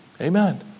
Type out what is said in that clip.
Amen